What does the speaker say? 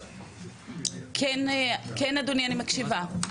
--- כן, אדוני, אני מקשיבה.